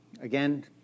Again